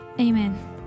amen